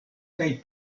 kaj